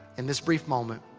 in this brief moment.